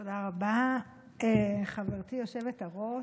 תודה רבה, חברתי היושבת-ראש.